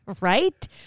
Right